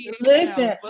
Listen